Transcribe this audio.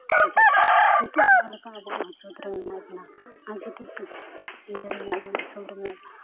ᱡᱟᱦᱟᱸ ᱞᱮᱠᱟ ᱟᱵᱚ ᱟᱡᱟᱫ ᱨᱮ ᱢᱮᱱᱟᱜ ᱵᱚᱱᱟ ᱟᱨ ᱡᱩᱫᱤ ᱤᱝᱨᱮᱡᱽ ᱫᱤᱥᱚᱢ ᱨᱮ ᱢᱮᱱᱟᱜ ᱵᱚᱱᱟ